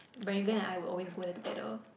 Brenagon and I were always go there together